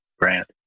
grant